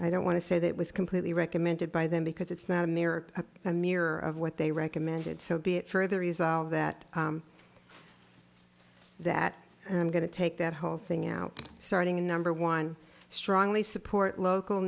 i don't want to say that it was completely recommended by them because it's not a mirror a mirror of what they recommended so be it further resolved that that i'm going to take that whole thing out starting in number one strongly support local